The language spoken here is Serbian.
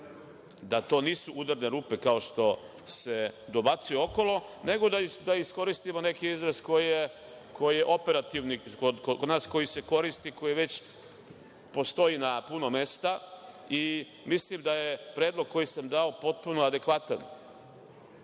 da to nisu udarne rupe, kao što se dobacuje okolo, nego da iskoristimo neki izraz koji je operativni, koji se kod nas već koristi, koji postoji na puno mesta. Mislim da je predlog koji sam dao potpuno adekvatan